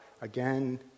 again